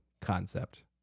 concept